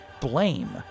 blame